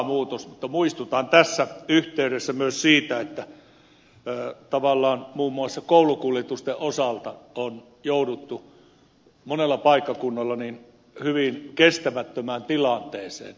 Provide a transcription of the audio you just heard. mutta muistutan tässä yhteydessä myös siitä että tavallaan muun muassa koulukuljetusten osalta on jouduttu monella paikkakunnalla hyvin kestämättömään tilanteeseen